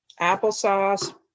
applesauce